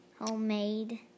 Homemade